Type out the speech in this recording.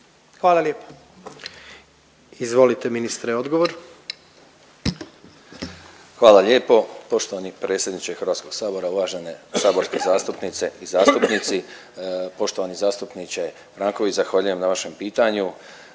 **Glavina, Tonči (HDZ)** Hvala lijepo poštovani predsjedniče HS, uvažene saborske zastupnice i zastupnici. Poštovani zastupniče Franković, zahvaljujem na vašem pitanju.